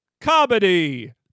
comedy